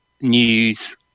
news